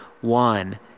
one